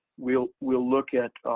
we'll we'll look at